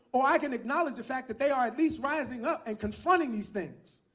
or i can acknowledge the fact that they are at least rising up and confronting these things.